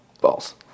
balls